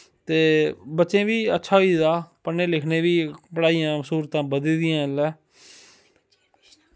ते बच्चैं बी अच्छी होई दी पढ़ने लिखने बी पढ़ाइयां स्हूलतां बधी दियां इसलै